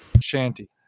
shanty